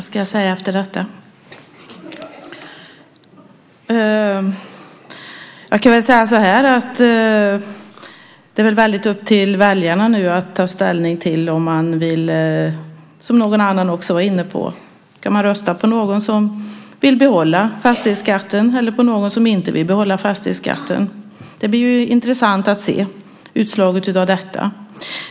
Herr talman! Vad säger man efter detta? Det är upp till väljarna att ta ställning till om man ska rösta på någon som vill behålla fastighetsskatten eller på någon som inte vill behålla fastighetsskatten. Det blir intressant att se utslaget av det.